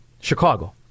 Chicago